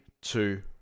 two